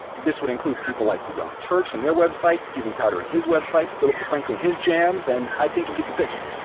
this would include people like the young turks and their website, steven crowder and his website, phillip defranco and his jams, and i think you get the picture.